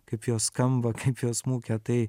kaip jos skamba kaip jos mūkia tai